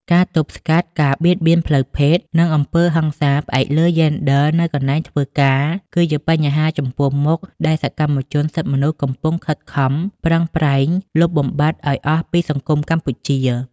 ការទប់ស្កាត់ការបៀតបៀនផ្លូវភេទ និងអំពើហិង្សាផ្អែកលើយេនឌ័រនៅកន្លែងធ្វើការ គឺជាបញ្ហាចំពោះមុខដែលសកម្មជនសិទ្ធិមនុស្សកំពុងខិតខំប្រឹងប្រែងលុបបំបាត់ឱ្យអស់ពីសង្គមកម្ពុជា។